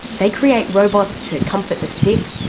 they create robots to comfort the sick,